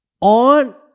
on